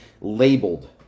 labeled